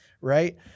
right